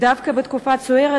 דווקא בתקופה סוערת,